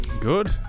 Good